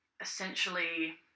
essentially